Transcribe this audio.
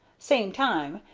same time,